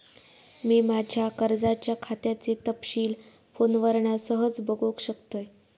मी माज्या कर्जाच्या खात्याचे तपशील फोनवरना सहज बगुक शकतय